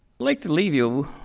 like to leave you